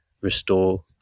restore